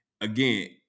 Again